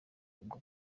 ubwo